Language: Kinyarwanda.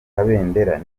kabendera